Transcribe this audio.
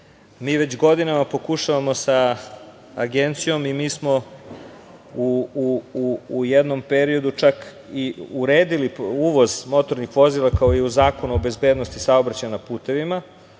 već godinama pokušavamo sa agencijom, i mi smo u jednom periodu čak i uredili uvoz motornih vozila kao i u Zakonu o bezbednosti saobraćaja na putevima.